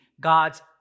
God's